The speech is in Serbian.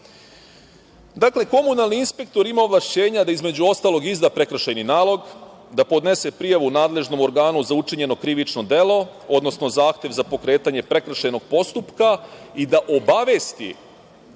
Dakle, komunalni inspektor ima ovlašćenja da, između ostalog, izda prekršajni nalog, da podnese prijavu nadležnom organu za učinjeno krivično delo, odnosno zahtev za pokretanje prekršajnog postupka i da obavesti